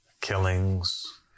killings